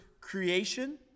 Creation